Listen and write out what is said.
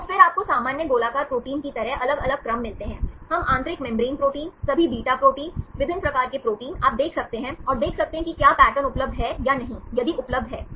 तो फिर आपको सामान्य गोलाकार प्रोटीन की तरह अलग अलग क्रम मिलते हैं हम आंतरिक मेम्ब्रेन प्रोटीन सभी बीटा प्रोटीन विभिन्न प्रकार के प्रोटीन आप देख सकते हैं और देख सकते हैं कि क्या पैटर्न उपलब्ध है या नहीं यदि उपलब्ध है